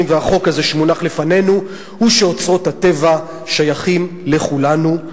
והחוק הזה שמונח לפנינו הוא שאוצרות הטבע שייכים לכולנו,